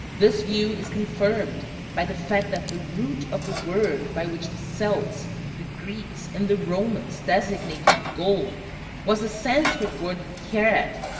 this view is confirmed by the fact that the root of the word by which the celts, the greeks, and the romans designated gold was the sanscrit word karat,